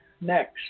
next